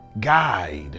guide